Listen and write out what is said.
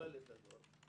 המטורללת הזאת,